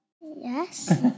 Yes